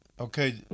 Okay